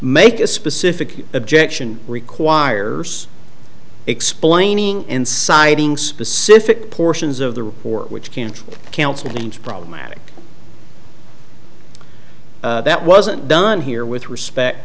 make a specific objection requires explaining and citing specific portions of the report which can't countenance problematic that wasn't done here with respect